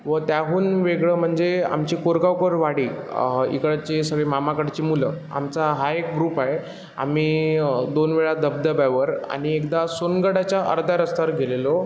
व त्याहून वेगळं म्हणजे आमची कोरगावकरवाडी इकडचे सगळे मामाकडची मुलं आमचा हा एक ग्रुप आहे आम्ही दोन वेळा धबधब्यावर आणि एकदा सोनगडाच्या अर्ध्या रस्त्यावर गेलेलो